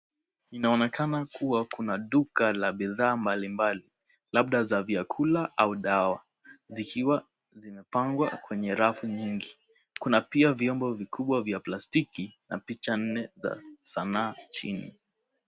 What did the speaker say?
Inaonekana kuwa kuna duka la bidha mbali mbali, labda za vyakula au dawa, zikiwa zimepangwa kwenye rafu nyingi. Kuna pia vyombo vikubwa vya plastiki na picha nne za sanaa chini.